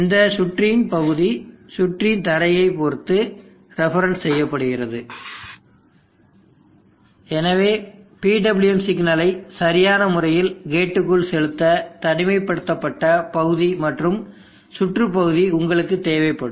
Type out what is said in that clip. இந்த சுற்றின் பகுதி சுற்றின் தரையை பொறுத்து ரெஃபரன்ஸ் செய்யப்படுகிறது எனவே PWM சிக்னலை சரியான முறையில் கேட்டுக்குள் செலுத்த தனிமைப்படுத்தப்பட்ட பகுதி மற்றும் சுற்று பகுதி உங்களுக்குத் தேவைப்படும்